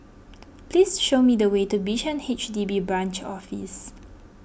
please show me the way to Bishan H D B Branch Office